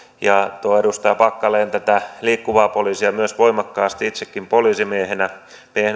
ja tuo edustaja packalen tätä liikkuvaa poliisia myös voimakkaasti itsekin poliisimiehenä